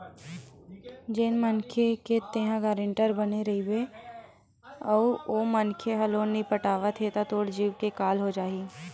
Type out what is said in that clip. जेन मनखे के तेंहा गारेंटर बने रहिबे अउ ओ मनखे ह लोन नइ पटावत हे त तोर जींव के काल हो जाही